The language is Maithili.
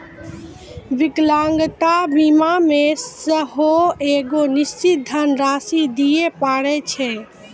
विकलांगता बीमा मे सेहो एगो निश्चित धन राशि दिये पड़ै छै